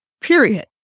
period